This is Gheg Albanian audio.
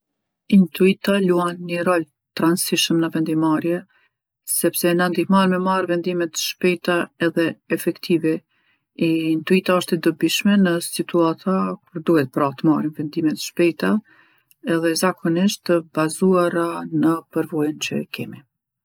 Intuita luan nji rol t'randsishëm në vendimarrje sepse na ndihmon me marrë vendime t'shpejta edhe efektive. Ii-intuita është e dobishme në situata kur duhet pra t'marrim vendime t'shpejta edhe zakonisht të bazuara në përvojën që e kemi.